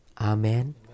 Amen